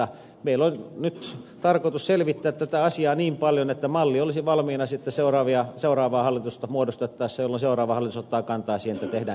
meillä on nyt tarkoitus selvittää tätä asiaa niin paljon että malli olisi valmiina sitten seuraavaa hallitusta muodostettaessa jolloin seuraava hallitus ottaa kantaa siihen tehdäänkö näin vai ei